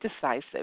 decisive